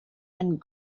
and